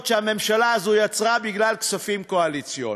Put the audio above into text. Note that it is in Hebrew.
שהממשלה הזאת יצרה בגלל כספים קואליציוניים.